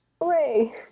Hooray